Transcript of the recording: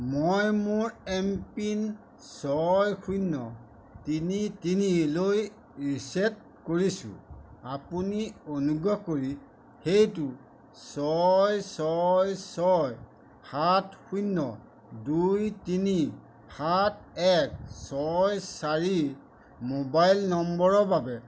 মই মোৰ এমপিন ছয় শূন্য তিনি তিনিলৈ ৰিচেট কৰিছোঁ আপুনি অনুগ্ৰহ কৰি সেইটো ছয় ছয় ছয় সাত শূন্য দুই তিনি সাত এক ছয় চাৰি মোবাইল নম্বৰৰ বাবে